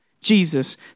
Jesus